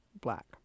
black